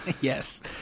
Yes